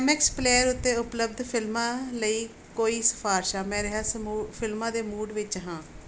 MX player ਉੱਤੇ ਉਪਲਬਧ ਫਿਲਮਾਂ ਲਈ ਕੋਈ ਸਿਫਾਰਿਸ਼ਾਂ ਮੈਂ ਰਹੱਸ ਫਿਲਮਾਂ ਦੇ ਮੂਡ ਵਿੱਚ ਹਾਂ